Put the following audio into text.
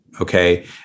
Okay